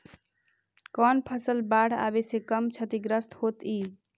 कौन फसल बाढ़ आवे से कम छतिग्रस्त होतइ?